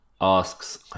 asks